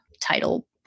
title